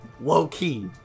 low-key